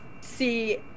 see